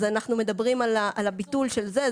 אנחנו מדברים על הביטול של זה.